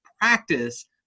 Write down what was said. practice